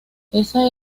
esa